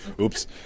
Oops